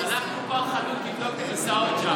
שלחנו כבר חלוץ לבדוק את הכיסאות שם.